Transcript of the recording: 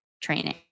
training